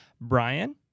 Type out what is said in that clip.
Brian